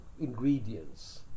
ingredients